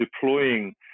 deploying